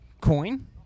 coin